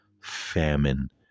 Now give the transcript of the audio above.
famine